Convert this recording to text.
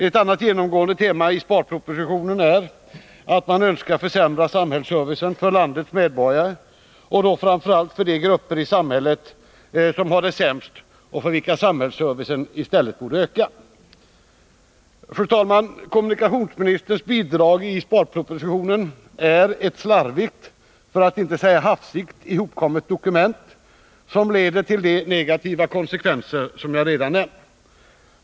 Ett annat genomgående tema i sparpropositionen är att man önskar försämra samhällsservicen för landets medborgare och då framför allt för de grupper i samhället som har det sämst och för vilka samhällsservicen i stället borde öka. Fru talman! Kommunikationsministerns bidrag i sparpropositionen är ett slarvigt för att inte säga hafsigt ihopkommet dokument, som leder till de negativa konsekvenser som jag redan nämnt.